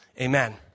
amen